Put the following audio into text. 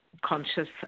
conscious